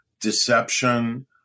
deception